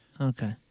Okay